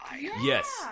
Yes